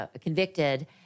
convicted